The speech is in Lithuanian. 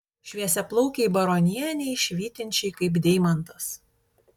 šviesiaplaukei baronienei švytinčiai kaip deimantas